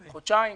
חודשיים,